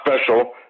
special